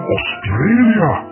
Australia